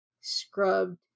scrubbed